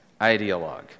ideologue